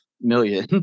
million